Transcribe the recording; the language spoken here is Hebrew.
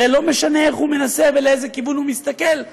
הרי לא משנה איך הוא מנסה ולאיזה כיוון הוא מסתכל,